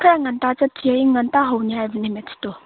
ꯈꯔ ꯉꯟꯇꯥ ꯆꯠꯁꯦ ꯉꯟꯇꯥ ꯍꯧꯅꯤ ꯍꯥꯏꯕꯅꯦ ꯃꯦꯠꯁꯇꯣ